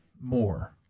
more